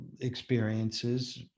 experiences